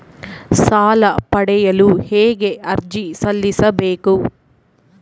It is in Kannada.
ಸಾಲ ಪಡೆಯಲು ಹೇಗೆ ಅರ್ಜಿ ಸಲ್ಲಿಸಬೇಕು?